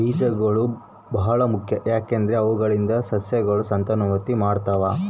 ಬೀಜಗಳು ಬಹಳ ಮುಖ್ಯ, ಯಾಕಂದ್ರೆ ಅವುಗಳಿಂದ ಸಸ್ಯಗಳು ಸಂತಾನೋತ್ಪತ್ತಿ ಮಾಡ್ತಾವ